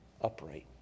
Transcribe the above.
upright